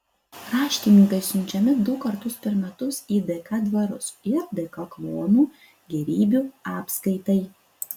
raštininkai siunčiami du kartus per metus į dk dvarus ir dk kluonų gėrybių apskaitai